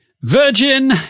virgin